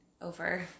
over